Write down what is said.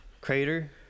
Crater